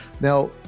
Now